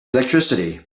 electricity